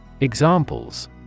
Examples